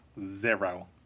Zero